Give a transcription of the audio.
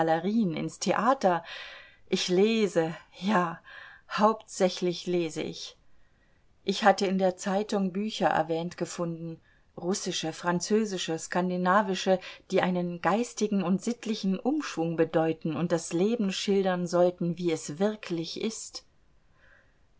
in's theater ich lese ja hauptsächlich lese ich ich hatte in der zeitung bücher erwähnt gefunden russische französische skandinavische die einen geistigen und sittlichen umschwung bedeuten und das leben schildern sollten wie es wirklich ist